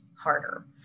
harder